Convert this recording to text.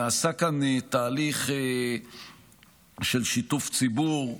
נעשה כאן תהליך של שיתוף ציבור,